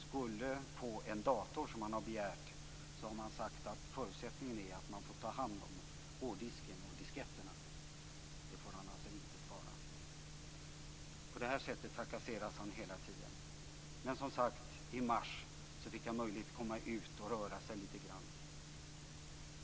Skulle han få en dator, som han har begärt, har man sagt att förutsättningen är att man får ta hand om hårddisken och disketterna. Dem får han alltså inte spara. På det här sättet trakasseras han hela tiden. Men i mars fick han som sagt möjlighet att komma ut och röra sig lite grann.